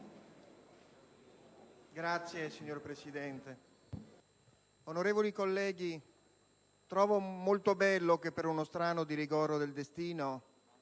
*(PdL)*. Signor Presidente, onorevoli colleghi, trovo molto bello che, per uno strano ghirigoro del destino,